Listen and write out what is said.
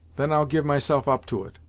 then i'll give myself up to it,